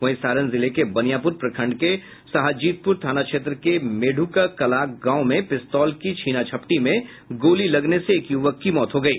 वहीं सारण जिले के बनियापुर प्रखंड के सहाजीतपुर थाना क्षेत्र के मेढुकाकला गांव में पिस्तौल की छिनाझपटी में गोली लगने से एक युवक की मौत हो गयी